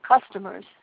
customers